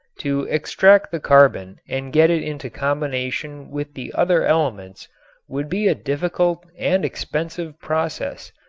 to extract the carbon and get it into combination with the other elements would be a difficult and expensive process.